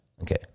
Okay